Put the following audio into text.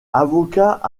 avocat